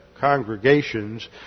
Congregations